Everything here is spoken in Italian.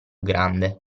grande